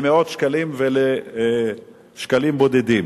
למאות שקלים ולשקלים בודדים.